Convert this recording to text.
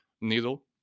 needle